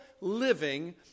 living